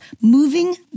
Moving